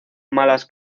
malas